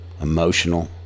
emotional